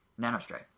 Nanostray